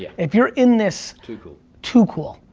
yeah if you're in this. too cool. too cool.